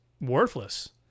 worthless